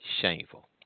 shameful